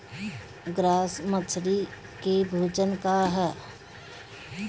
Grass मछली के भोजन का ह?